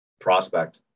Prospect